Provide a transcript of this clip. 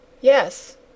Yes